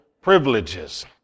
privileges